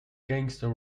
gangster